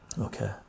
Okay